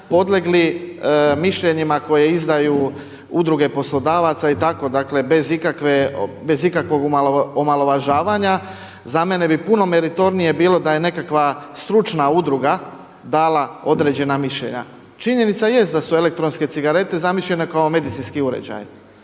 podlegli mišljenjima koje izdaju udruge poslodavaca i tako bez ikakvog omalovažavanja. Za mene bi puno meritornije bilo da je nekakva stručna udruga dala određena mišljenja. Činjenica jest da su elektronske cigarete zamišljene kao medicinski uređaj,